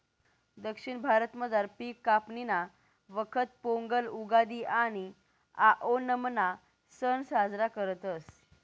दक्षिण भारतामझार पिक कापणीना वखत पोंगल, उगादि आणि आओणमना सण साजरा करतस